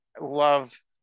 love